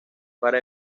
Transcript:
para